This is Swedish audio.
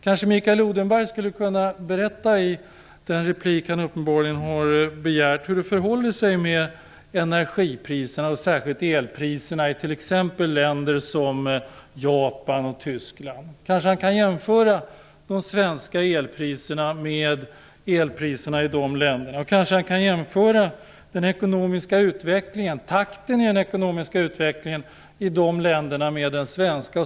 Kanske Mikael Odenberg skulle kunna berätta i den replik som han uppenbarligen har begärt hur det förhåller sig med energipriserna, och särskilt elpriserna, i t.ex. länder som Japan och Tyskland. Kanske han kan jämföra de svenska elpriserna med elpriserna i dessa länder och jämföra takten i den ekonomiska utvecklingen i de länderna med den svenska.